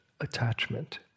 attachment